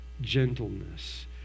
gentleness